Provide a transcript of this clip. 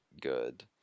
good